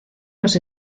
los